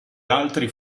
altri